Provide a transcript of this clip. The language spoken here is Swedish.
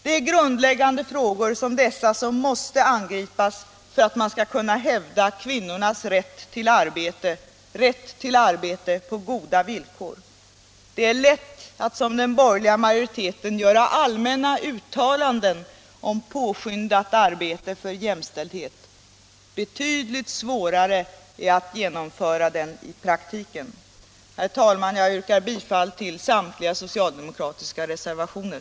Det är grundläggande frågor som dessa som måste angripas för att man skall kunna hävda kvinnornas rätt till arbete på goda villkor. Det är lätt att som den borgerliga majoriteten göra allmänna uttalanden om påskyndat arbete för jämställdhet. Betydligt svårare är att genomföra den i praktiken. Herr talman! Jag yrkar bifall till samtliga socialdemokratiska reservationer.